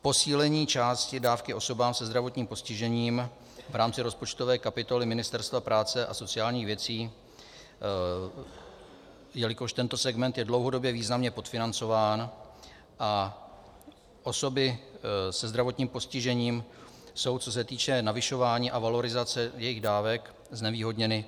Posílení části dávky osobám se zdravotním postižením v rámci rozpočtové kapitoly Ministerstva práce a sociálních věcí, jelikož tento segment je dlouhodobě významně podfinancován a osoby se zdravotním postižením jsou, co se týče navyšování a valorizace jejich dávek, znevýhodněny.